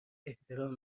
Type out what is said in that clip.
احترام